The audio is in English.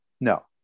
no